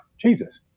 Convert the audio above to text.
Jesus